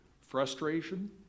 Frustration